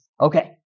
Okay